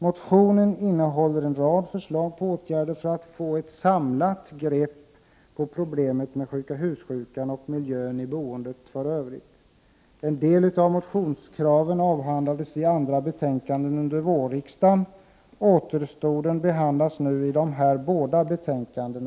Motionen innehåller en rad förslag till åtgärder för att få ett samlat grepp på problemet med sjuka hus-sjukan och miljön i boendet för övrigt. En del av motionskraven avhandlades i andra betänkanden under vårriksdagen. Återstoden behandlas nu i dessa båda betänkanden.